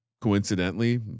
Coincidentally